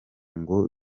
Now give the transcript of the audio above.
ngo